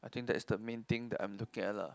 thing that's the main thing that I'm look at lah